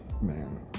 man